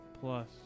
plus